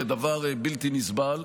לדבר בלתי נסבל.